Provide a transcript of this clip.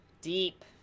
deep